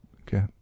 Okay